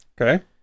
Okay